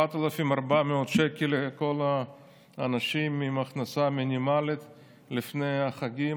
4,400 שקל לכל האנשים עם הכנסה מינימלית לפני החגים,